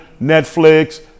Netflix